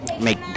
make